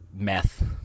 meth